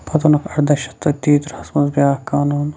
پَتہٕ اوٚنُکھ اَرداہ شَتھ تہٕ تیتٕرٛہَس منٛز بیٛاکھ قانوٗن